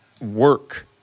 work